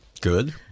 good